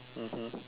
mmhmm